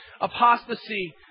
Apostasy